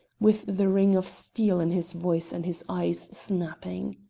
with the ring of steel in his voice and his eyes snapping.